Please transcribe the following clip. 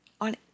on